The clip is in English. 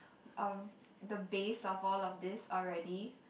um the base of all of these already